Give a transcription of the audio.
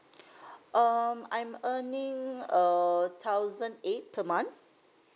um I'm earning err thousand eight per month